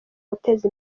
guteza